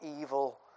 evil